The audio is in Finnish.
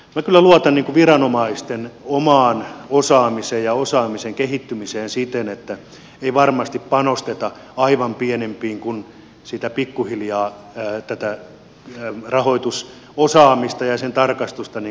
minä kyllä luotan viranomaisten omaan osaamiseen ja osaamisen kehittymiseen siten että ei varmasti panosteta aivan pienimpiin kun pikkuhiljaa tätä rahoitusosaamista ja sen tarkastusta harjoitetaan